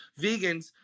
vegans